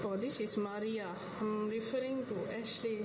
so this maria listening to S_J